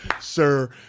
sir